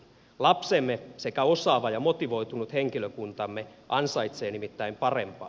lapsemme sekä osaava ja motivoitunut henkilökuntamme ansaitsee nimittäin parempaa